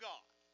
God